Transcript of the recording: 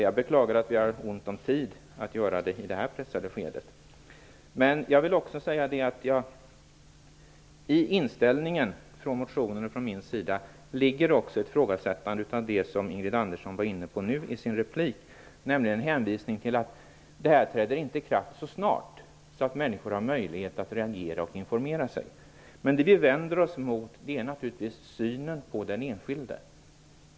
Jag beklagar att det i detta pressade skede är ont om tid för det. I min inställning, och det gäller även motionen, ligger också ett ifrågasättande av det som Ingrid Andersson var inne på i sin replik, nämligen hänvisningen till att den här lagen inte träder i kraft så snart, utan människor har möjlighet att reagera och att informera sig. Vi vänder oss naturligtvis mot synen på den enskilde.